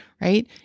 right